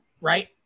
Right